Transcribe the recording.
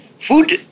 Food